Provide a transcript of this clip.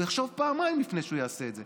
הוא יחשוב פעמיים לפני שהוא יעשה את זה.